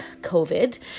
COVID